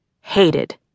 Hated